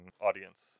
audience